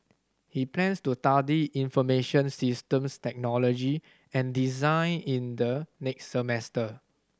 he plans to study information systems technology and design in the next semester